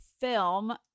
film